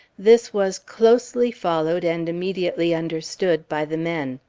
this was closely followed and immediately under stood by the men.